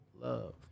Love